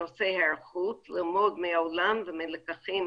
בנושא היערכות ללמוד מהעולם ומלקחים